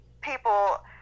people